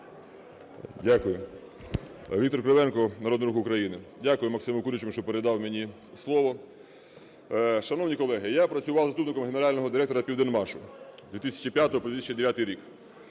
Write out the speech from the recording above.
Дякую. Віктор Кривенко, Народний Рух України. Дякую Максиму Курячому, що передав мені слово. Шановні колеги, я працював заступником генерального директора "Південмашу" з 2005 по 2009 рік,